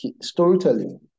storytelling